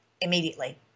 immediately